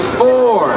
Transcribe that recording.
four